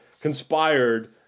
conspired